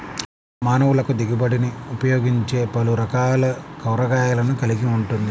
మానవులకుదిగుబడినిఉపయోగించేపలురకాల కూరగాయలను కలిగి ఉంటుంది